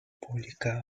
publicaba